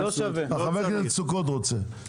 חבר הכנסת סוכות רוצה להגיב.